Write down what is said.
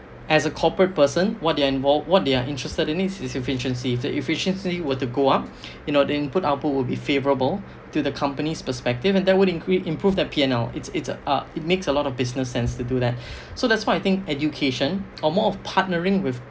as a corporate person what they are involv~ what they are interested in is efficiency if the efficiency were to go up you know the input output will be favourable to the company's perspective and that would increase improve their P_M_O it's it's uh it makes a lot of business sense to do that so that's why I think education or more of partnering with